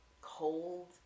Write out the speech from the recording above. cold